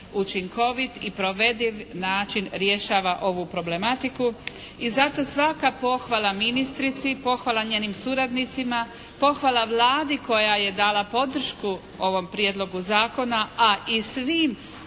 učinkovit i provediv način rješava ovu problematiku. I zato svaka pohvala ministrici, pohvala njenim suradnicima, pohvala Vladi koja je dala podršku ovom prijedlogu zakona a i svim